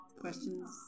questions